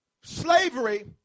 Slavery